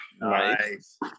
nice